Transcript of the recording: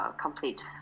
complete